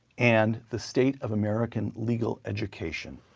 and the state of american legal education,